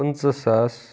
پٕنژٕہ ساس